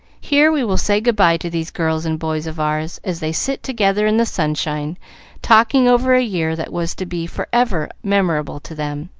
here we will say good-by to these girls and boys of ours as they sit together in the sunshine talking over a year that was to be for ever memorable to them,